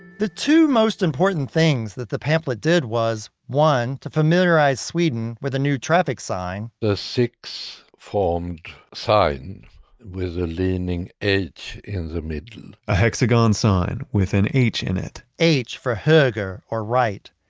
the two most important things that the pamphlet did was one to familiarize sweden with a new traffic sign, the six formed sign with a leaning edge in the middle. a hexagon sign with an h in it. h for hoger or right.